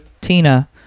Tina